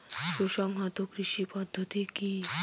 সুসংহত কৃষি পদ্ধতি কি?